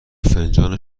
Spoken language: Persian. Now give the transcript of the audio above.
فنجان